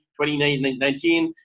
2019